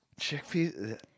Chickpeas